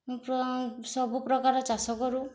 ସବୁ ପ୍ରକାର ଚାଷ କରୁ